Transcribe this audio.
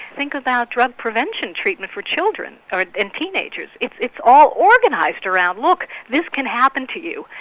think about drug prevention treatment for children and teenagers, it's it's all organised around look, this can happen to you,